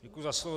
Děkuji za slovo.